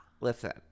listen